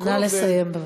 נא לסיים.